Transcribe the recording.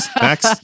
Max